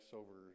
over